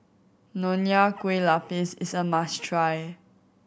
Nonya Kueh Lapis is a must try